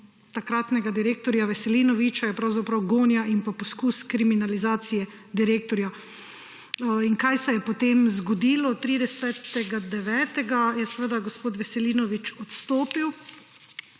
takratnega direktorja Veselinoviča je pravzaprav gonja in pa poskus kriminalizacije direktorja. In kaj se je potem zgodilo? 30. 9. je seveda gospod Veslinovič odstopil